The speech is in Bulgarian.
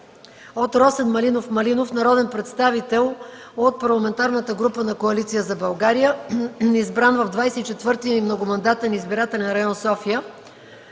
от Росен Малинов Малинов, народен представител от Парламентарната група на Коалиция за България, избран в 24. многомандатен избирателен район, София,